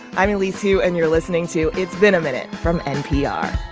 i'm elise hu, and you're listening to it's been a minute from npr